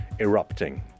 erupting